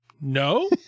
No